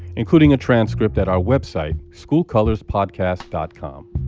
including a transcript, at our website, schoolcolorspodcast dot com.